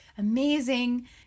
amazing